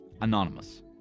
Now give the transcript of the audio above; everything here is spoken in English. anonymous